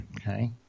okay